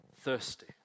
Thirsty